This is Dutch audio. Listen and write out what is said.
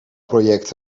project